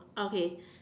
okay